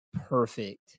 perfect